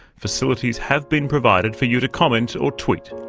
facilities have been provided for you to comment or tweet.